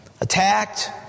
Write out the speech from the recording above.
attacked